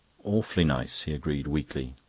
awfully nice, he agreed weakly.